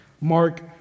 Mark